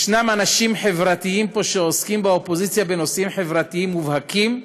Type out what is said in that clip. ישנם פה באופוזיציה אנשים חברתיים שעוסקים בנושאים חברתיים מובהקים,